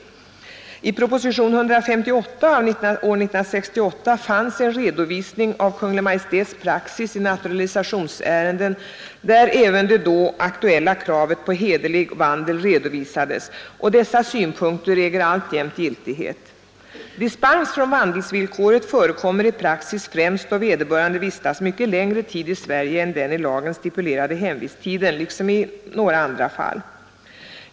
I propositionen 158 år 1968 fanns en redovisning av Kungl. Maj:ts praxis i naturalisationsärenden, där även det då aktuella kravet på 59 hederlig vandel redovisades, och dessa synpunkter äger alltjämt giltighet. Dispens från vandelsvillkoret förekommer i praxis främst då vederbörande vistats mycket längre tid i Sverige än den i lagen stipulerade hemvisttiden liksom i några andra fall.